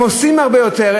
הם עושים הרבה יותר,